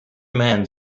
man